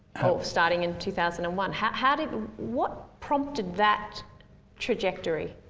starting in two thousand and one? how how did, what prompted that trajectory?